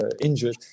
injured